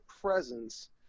presence